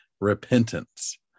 repentance